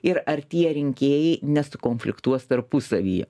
ir ar tie rinkėjai nesukonfliktuos tarpusavyje